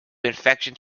infections